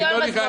תניחו לזה.